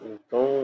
Então